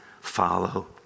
follow